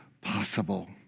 possible